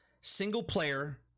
single-player